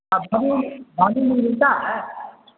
ہاں بامی بھی ملتا ہے